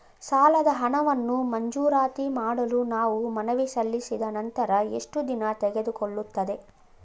ಸಾಲದ ಹಣವನ್ನು ಮಂಜೂರಾತಿ ಮಾಡಲು ನಾವು ಮನವಿ ಸಲ್ಲಿಸಿದ ನಂತರ ಎಷ್ಟು ದಿನ ತೆಗೆದುಕೊಳ್ಳುತ್ತದೆ?